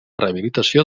rehabilitació